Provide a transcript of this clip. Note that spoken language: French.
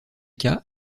cas